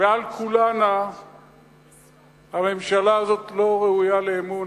ועל כולנה הממשלה הזאת לא ראויה לאמון,